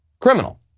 criminal